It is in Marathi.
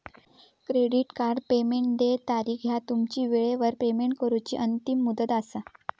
क्रेडिट कार्ड पेमेंट देय तारीख ह्या तुमची वेळेवर पेमेंट करूची अंतिम मुदत असा